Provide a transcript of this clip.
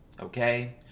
Okay